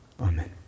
Amen